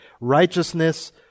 Righteousness